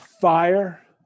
fire